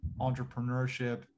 entrepreneurship